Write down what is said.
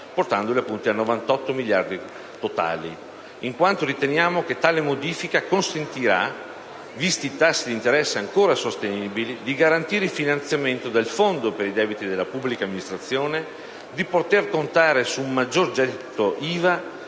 portandoli a 98 miliardi totali, in quanto riteniamo che tale modifica consentirà, visti i tassi di interesse ancora sostenibili, di garantire il finanziamento del fondo per i debiti della pubblica amministrazione, di poter contare su un maggior gettito IVA